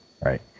right